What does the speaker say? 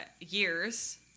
years